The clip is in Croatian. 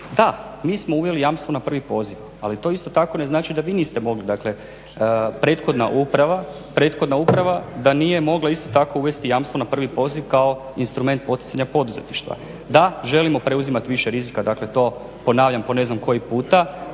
Da, mi smo uveli jamstvo na prvi poziv, ali to isto tako ne znači da vi niste mogli. Dakle prethodna uprava da nije mogla isto tako uvesti jamstvo na prvi poziv kao instrument poticanja poduzetništva. Da, želimo preuzimati više rizika, dakle to ponavljam po ne znam koji puta.